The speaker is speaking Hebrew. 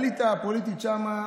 האליטה הפוליטית שם,